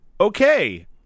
okay